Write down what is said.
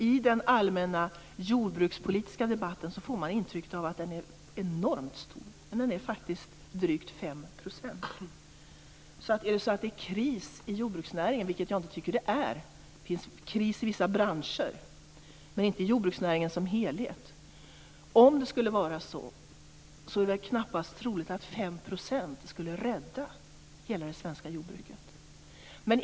I den allmänna jordbrukspolitiska debatten får man det intrycket att den är enormt stor, men den är faktiskt drygt 5 %. Det är kris i vissa branscher, men inte i jordbruksnäringen som helhet. Och om det skulle vara så, är det knappast troligt att 5 % skulle rädda hela det svenska jordbruket.